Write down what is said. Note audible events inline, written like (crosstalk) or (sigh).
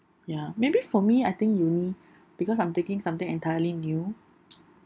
ya maybe for me I think uni because I'm taking something entirely new (noise)